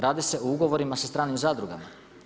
Radi se o ugovorima sa stranim zadrugama.